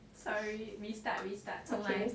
sorry restart restart 从来